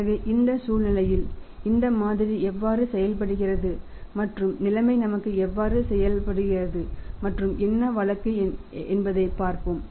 எனவே இந்த சூழ்நிலையில் இந்த மாதிரி எவ்வாறு செயல்படுகிறது மற்றும் நிலைமை நமக்கு எவ்வாறு செயல்படுகிறது மற்றும் என்ன வழக்கு என்பதைப் பார்ப்போம்